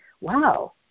Wow